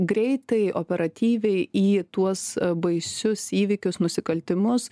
greitai operatyviai į tuos baisius įvykius nusikaltimus